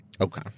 Okay